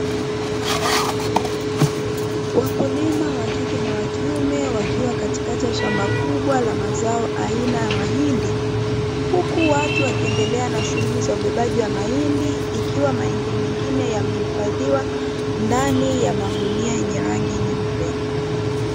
Wakulima wakike na wakiume, wakiwa katikati ya shamba kubwa la mazao aina ya mahindi, huku watu wakiendelea na shughuli za ubebaji wa mahindi ikiwa mahindi mengine yamehifadhiwa ndani ya magunia yenye rangi nyeupe.